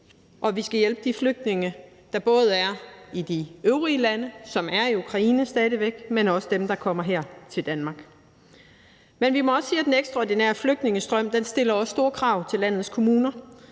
at vi skal hjælpe både de flygtninge, der er i de øvrige lande, dem, som er i Ukraine stadig væk, men også dem, der kommer her til Danmark. Men vi må også sige, at den ekstraordinære flygtningestrøm stiller store krav til landets kommuner,